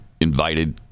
invited